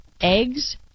eggs